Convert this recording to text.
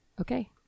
okay